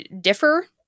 differ